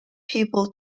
people